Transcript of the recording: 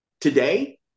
today